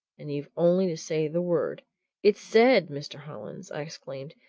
and you've only to say the word it's said, mr. hollins! i exclaimed.